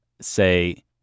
say